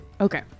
Okay